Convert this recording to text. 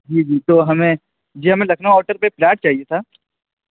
جی جی تو ہمیں جی ہمیں لکھنؤ آؤٹر پہ ایک پلاٹ چاہیے تھا